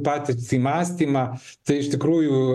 patirtį mąstymą tai iš tikrųjų